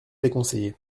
déconseillé